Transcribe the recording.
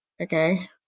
okay